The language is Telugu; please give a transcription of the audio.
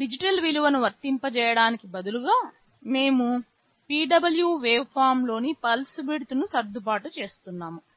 డిజిటల్ విలువను వర్తింపజేయడానికి బదులుగా మేము PWM వేవ్ఫార్మ్లోని పల్స్ విడ్త్ ను సర్దుబాటు చేస్తున్నాము